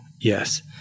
yes